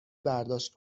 برداشت